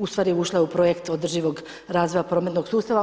ustvari ušla je u projekt održivog razvoja prometnog sustava.